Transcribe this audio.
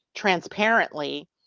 transparently